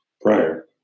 prior